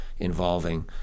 involving